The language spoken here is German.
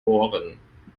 ohren